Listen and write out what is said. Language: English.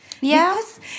Yes